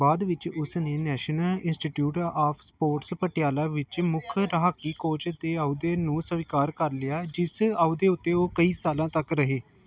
ਬਾਅਦ ਵਿੱਚ ਉਸ ਨੇ national institute of sports Patiala ਵਿੱਚ ਮੁੱਖ ਹਾਕੀ ਕੋਚ ਦੇ ਅਹੁਦੇ ਨੂੰ ਸਵੀਕਾਰ ਕਰ ਲਿਆ ਜਿਸ ਅਹੁਦੇ ਉੱਤੇ ਉਹ ਕਈ ਸਾਲਾਂ ਤੱਕ ਰਹੇ